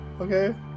Okay